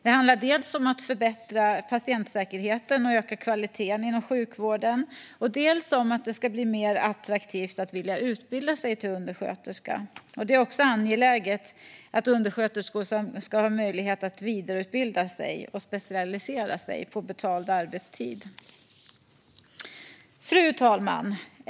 Det handlar dels om att förbättra patientsäkerheten och öka kvaliteten inom sjukvården, dels om att det ska bli mer attraktivt att utbilda sig till undersköterska. Det är också angeläget att undersköterskor ska ha möjlighet att vidareutbilda sig och specialisera sig på betald arbetstid. Fru talman!